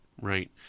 Right